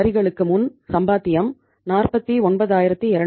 வரிகளுக்கு முன் சம்பாத்தியம் 49200